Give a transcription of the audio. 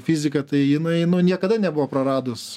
fizika tai jinai nu niekada nebuvo praradus